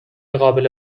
قابل